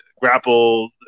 grapple